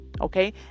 Okay